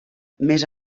més